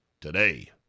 Today